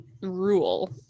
Rule